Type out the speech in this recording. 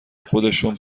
خودشون